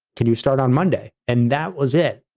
can you start on monday? and that was it.